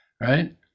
Right